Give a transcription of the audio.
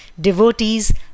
Devotees